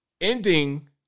ending